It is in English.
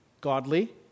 godly